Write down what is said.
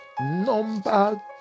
number